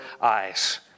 eyes